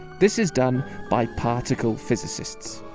this is done by particle physicists.